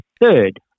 third